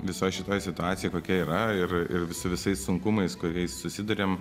visoj šitoj situacijoj kokia yra ir ir su visais sunkumais kuriais susiduriam